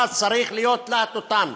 אתה צריך להיות להטוטן.